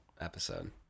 episode